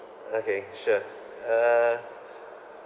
okay sure uh